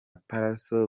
pallaso